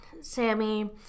Sammy